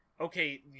okay